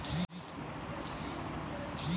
आऊर हमरे खाते से कट गैल ह वापस कैसे आई?